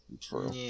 True